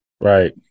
right